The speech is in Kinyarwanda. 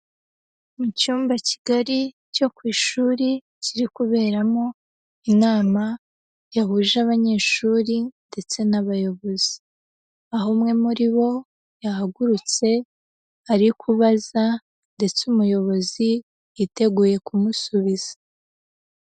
Mu cyumba kigari cyo ku ishuri kiri kuberamo inama yahuje abanyeshuri ndetse n'abayobozi, aho umwe muri bo yahagurutse ari kubaza, ndetse umuyobozi yiteguye kumusubiza.